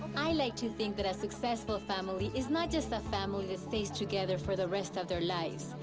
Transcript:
i like to think that a successful family is not just a family that stays together for the rest of their lives,